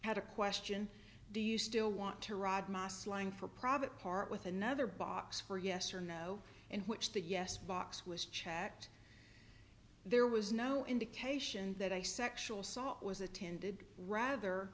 had a question do you still want to ride my ass lying for profit part with another box for yes or no in which the yes box was checked there was no indication that a sexual assault was attended rather